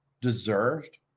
deserved